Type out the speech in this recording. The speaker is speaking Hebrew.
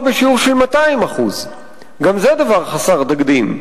בשיעור של 200%. גם זה דבר חסר תקדים.